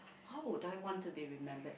how would I want to be remembered